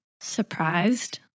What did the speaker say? surprised